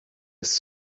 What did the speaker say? ist